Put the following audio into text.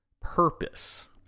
purpose